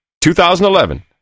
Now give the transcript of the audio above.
2011